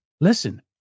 listen